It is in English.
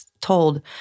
told